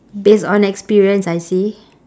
based on experience I see